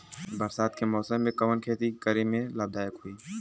बरसात के मौसम में कवन खेती करे में लाभदायक होयी?